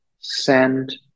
send